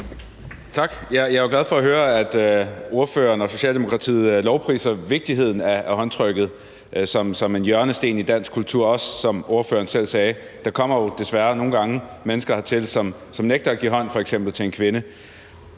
Tak. Jeg er jo glad for at høre, at ordføreren og Socialdemokratiet lovpriser vigtigheden af håndtrykket som en hjørnesten i dansk kultur, og som ordføreren også selv sagde, kommer der jo desværre nogle gange mennesker hertil, som nægter at give hånd, f.eks. til en kvinde.